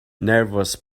nervous